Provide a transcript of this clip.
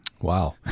Wow